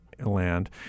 land